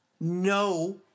No